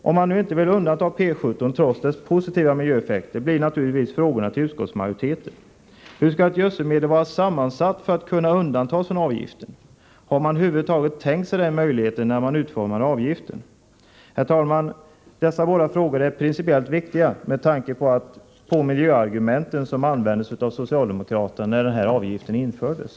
Om man nu inte vill undanta P 17 trots medlets positiva miljöeffekter, blir naturligtvis frågan till utskottsmajoriteten: Hur skall ett gödselmedel vara sammansatt för att kunna undantas från avgiften? Har man över huvud tänkt sig den möjligheten när man utformade avgiften? Herr talman! Dessa båda frågor är principiellt viktiga, med tanke på de miljöargument som användes av socialdemokraterna när den här avgiften infördes.